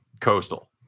coastal